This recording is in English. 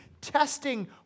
testing